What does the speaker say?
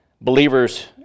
believers